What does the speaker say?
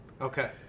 Okay